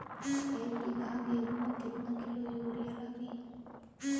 एक बीगहा गेहूं में केतना किलो युरिया लागी?